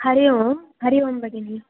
हरि ओम् हरि ओम् भगिनि